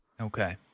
okay